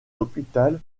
hôpital